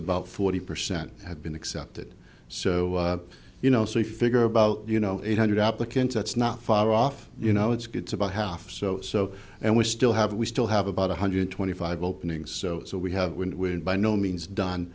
about forty percent have been accepted so you know so we figure about you know eight hundred applicants that's not far off you know it gets about half so so and we still have we still have about one hundred twenty five openings so so we have by no means done